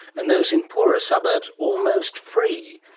and those in poorer suburbs almost free.